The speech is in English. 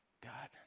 God